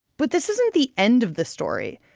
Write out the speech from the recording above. but this isn't the end of the story,